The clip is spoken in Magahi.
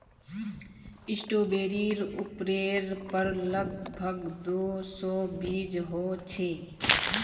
स्ट्रॉबेरीर उपरेर पर लग भग दो सौ बीज ह छे